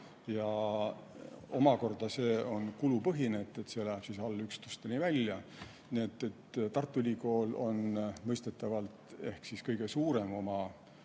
ja omakorda see on kulupõhine, see läheb allüksusteni välja. Tartu Ülikool on mõistetavalt kõige suurem oma